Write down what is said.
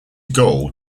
goal